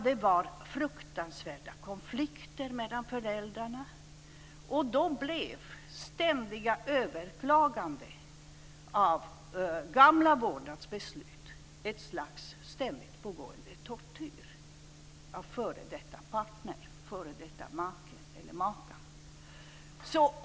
Det var fruktansvärda konflikter mellan föräldrarna, och då blev ständiga överklaganden av gamla vårdnadsbeslut ett slags ständigt pågående tortyr av en f.d. partner, en f.d. make eller maka.